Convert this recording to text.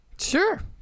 Sure